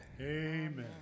Amen